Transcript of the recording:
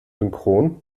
synchron